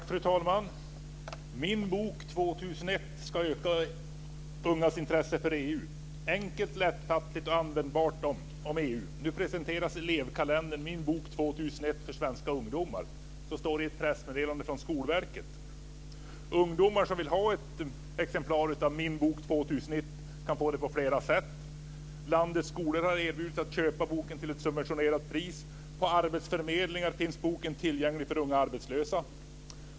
Fru talman! Min bok 2001 ska öka ungas intresse för EU. "Enkelt, lättfattligt och användbart om EU - nu presenteras elevkalendern 'Min bok 2001' för svenska ungdomar." Så står det i ett pressmeddelande från Skolverket. 2001 kan få den på flera sätt. Landets skolor har erbjudits att köpa boken till ett subventionerat pris. På arbetsförmedlingar finns boken tillgänglig för unga arbetslösa.